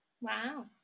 Wow